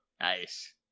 Nice